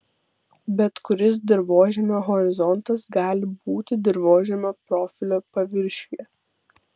bet kuris dirvožemio horizontas gali būti dirvožemio profilio paviršiuje